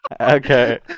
Okay